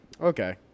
Okay